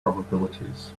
probabilities